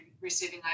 receiving